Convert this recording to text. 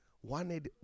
One